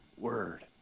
word